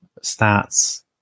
stats